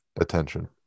Attention